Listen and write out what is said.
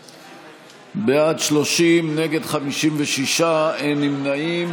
בעד, 30, נגד 56, אין נמנעים.